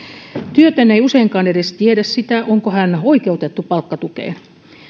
työtön ei useinkaan edes tiedä sitä onko hän oikeutettu palkkatukeen